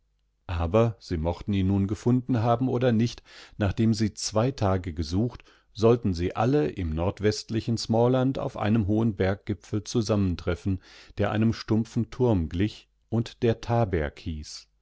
aber sie mochten ihn nun gefunden haben oder nicht nachdem sie zwei tage gesucht sollten sie alle im nordwestlichen smaaland auf einem hohenberggipfelzusammentreffen dereinemstumpfenturmglich undder taberg hieß